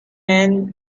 men